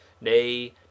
Nay